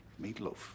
Meatloaf